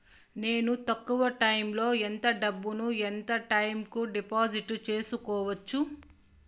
నేను తక్కువ టైములో ఎంత డబ్బును ఎంత టైము కు డిపాజిట్లు సేసుకోవచ్చు?